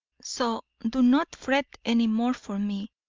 so do not fret any more for me,